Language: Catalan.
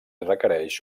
requereix